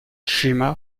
jima